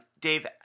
Dave